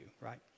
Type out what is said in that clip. right